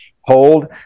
hold